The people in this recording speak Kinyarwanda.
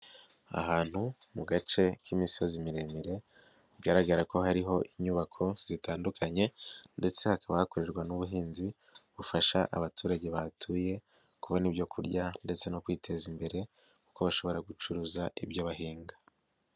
Ahantu mu gace k'imisozi miremire, bigaragara ko hariho inyubako zitandukanye ndetse hakaba hakorerwa n'ubuhinzi, bufasha abaturage bahatuye kubona ibyo kurya ndetse no kwiteza imbere kuko bashobora gucuruza ibyo bahinga.